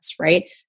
right